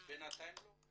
בינתים לא.